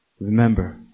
Remember